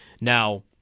Now